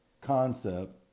concept